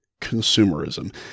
consumerism